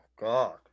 God